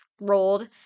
rolled